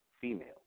female